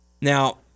now